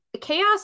chaos